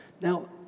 Now